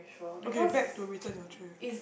okay back to return your tray